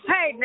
Hey